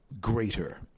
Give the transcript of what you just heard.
greater